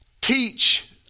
teach